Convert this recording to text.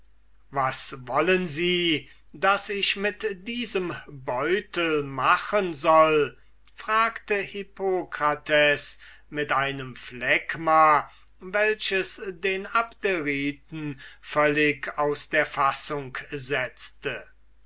was wollen sie daß ich mit diesem beutel machen soll fragte hippokrates mit einem phlegma welches den abderiten völlig aus der fassung setzte